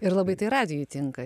ir labai tai radijuj tinka